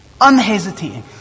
Unhesitating